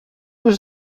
was